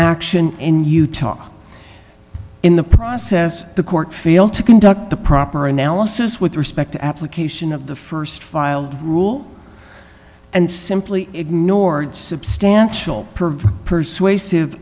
action in utah in the process the court fail to conduct the proper analysis with respect to application of the st filed rule and simply ignored substantial perve persuasive